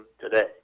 today